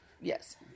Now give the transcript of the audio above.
Yes